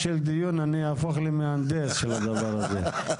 של דיון אני אהפוך למהנדס של הדבר הזה.